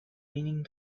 raining